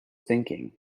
thinking